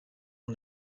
one